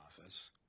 office